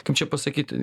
kaip čia pasakyt